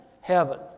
heaven